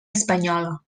espanyola